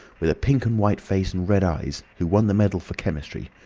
with a pink and white face and red eyes, who won the medal for chemistry.